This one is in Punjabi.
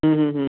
ਹਮ ਹਮ